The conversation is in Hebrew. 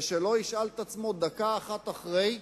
ושלא ישאל את עצמו דקה אחת אחרי,